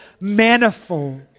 manifold